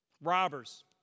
robbers